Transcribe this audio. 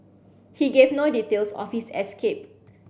he gave no details of his escape